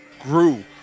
grew